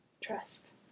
Trust